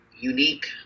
unique